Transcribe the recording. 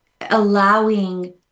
allowing